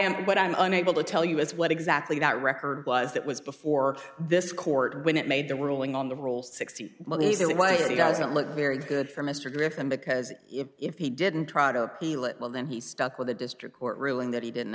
what i'm unable to tell you is what exactly that record was that was before this court when it made the ruling on the rules sixty days away he doesn't look very good for mr griffin because if he didn't try to appeal it well then he stuck with the district court ruling that he didn't